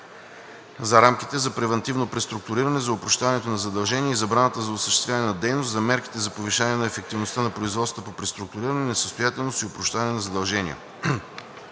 за рамките за превантивно преструктуриране, за опрощаването на задължения и забраната за осъществяване на дейност, за мерките за повишаване на ефективността на производствата по преструктуриране, несъстоятелност и опрощаване на задължения.